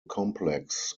complex